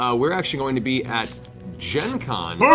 um we're actually going to be at gencon